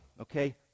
okay